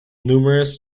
numerous